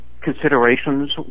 considerations